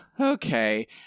okay